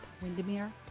Windermere